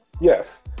yes